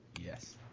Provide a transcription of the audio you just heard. Yes